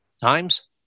Times